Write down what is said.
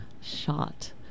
shot